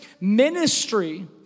Ministry